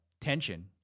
tension